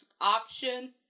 option